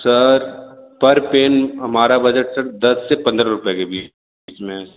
sir पर pen हमारा budget sir दस से पंद्रह रुपये के बीच में है